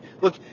look